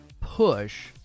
push